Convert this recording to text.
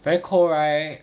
very cold right